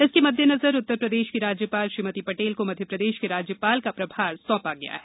इसके मद्देनजर उत्तरप्रदेश की राज्यपाल श्रीमती पटेल को मध्यप्रदेश के राज्यपाल का प्रभार सौंपा गया है